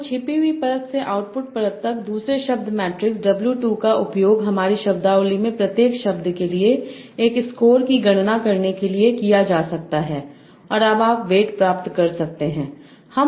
तो छिपी हुई परत से आउटपुट परत तक दूसरे शब्द मैट्रिक्स W 2 का उपयोग हमारी शब्दावली में प्रत्येक शब्द के लिए एक स्कोर की गणना करने के लिए किया जा सकता है और अब आप वेट प्राप्त कर सकते हैं